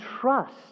trust